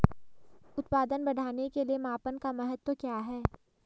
उत्पादन बढ़ाने के मापन का महत्व क्या है?